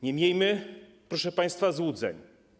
Nie miejmy, proszę państwa, złudzeń.